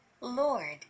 Lord